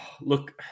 look